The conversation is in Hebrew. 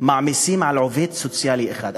מעמיסים על עובד סוציאלי אחד.